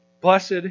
Blessed